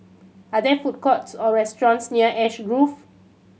are there food courts or restaurants near Ash Grove